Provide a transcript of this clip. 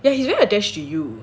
ya he's very attached to you